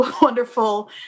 wonderful